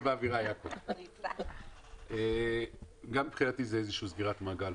גם מבחינתי זה איזושהי סגירת מעגל.